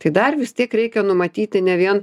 tai dar vis tiek reikia numatyti ne vien